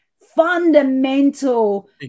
fundamental